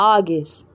August